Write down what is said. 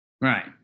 Right